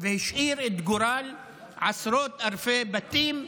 והשאיר את גורל עשרות אלפי בתים,